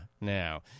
now